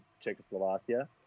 czechoslovakia